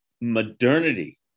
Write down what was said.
modernity